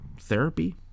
therapy